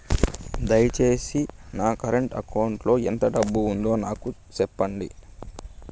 దయచేసి నా current account లో ఎంత డబ్బు ఉందో నాకు సెప్పండి